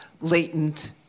latent